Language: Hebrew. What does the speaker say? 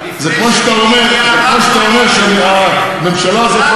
לפני שביבי הגיע רק גמלים היו בנגב,